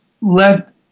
let